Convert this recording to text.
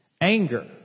anger